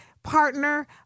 Partner